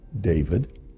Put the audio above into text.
David